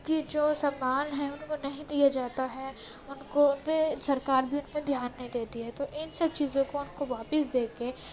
ان کی جو سمان ہے ان کو نہیں دیا جاتا ہے ان کو ان پہ سرکار بھی ان پہ دھیان نہیں دیتی ہے تو ان سب چیزوں کو ان کو واپس دے کے